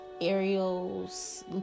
Ariel's